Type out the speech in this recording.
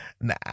nah